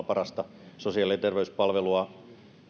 parasta sosiaali ja terveyspalvelua